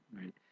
right